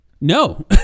No